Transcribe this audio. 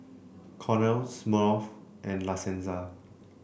Cornell Smirnoff and La Senza